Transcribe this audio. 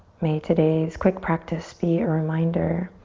may today's quick practice be a reminder